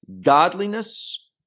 godliness